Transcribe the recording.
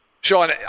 Sean